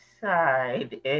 side